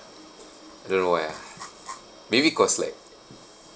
I don't know why ah maybe cause like